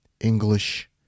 English